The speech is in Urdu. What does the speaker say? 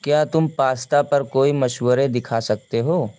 کیا تم پاستا پر کوئی مشورے دکھا سکتے ہو